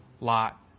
lot